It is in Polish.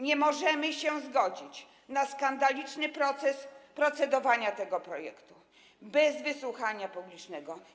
Nie możemy się zgodzić na skandaliczne procedowanie tego projektu bez wysłuchania publicznego.